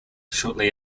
shortly